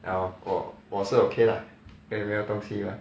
ah 我我是 okay lah 没有东西 mah